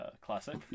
classic